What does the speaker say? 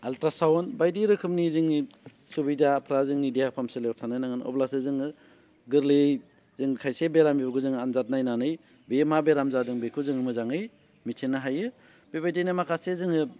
ultra sound बायदि रोखोमनि जोंनि सुबिदाफ्रा जोंनि देहा फाहामसालियाव थानो नांगोन अब्लासो जोङो गोरलैयै जों खायसे बेरामिफोरखौ जों आनजाद नायनानै बेयो मा बेराम जादों बेखौ जों मोजाङै मिथिनो हायो बेबायदिनो माखासे जोङो